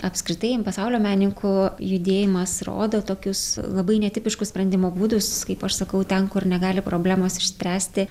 apskritai pasaulio menininkų judėjimas rodo tokius labai netipiškus sprendimo būdus kaip aš sakau ten kur negali problemos išspręsti